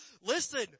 Listen